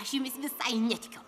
aš jumis visai netikiu